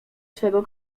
swego